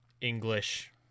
English